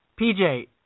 PJ